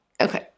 Okay